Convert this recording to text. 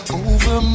over